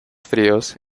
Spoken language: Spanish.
fríos